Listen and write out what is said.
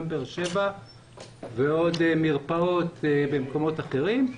גם בבאר שבע ועוד מרפאות במקומות אחרים.